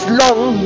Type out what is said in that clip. long